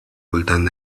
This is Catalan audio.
voltant